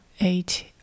eight